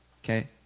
Okay